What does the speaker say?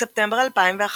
בספטמבר 2011,